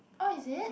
oh is it